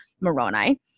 Moroni